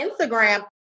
Instagram